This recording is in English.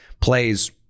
plays